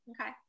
Okay